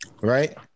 Right